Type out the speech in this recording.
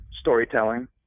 storytelling